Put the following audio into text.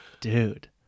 dude